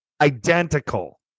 identical